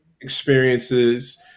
experiences